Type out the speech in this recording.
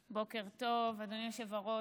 בוקר טוב, אדוני היושב-ראש.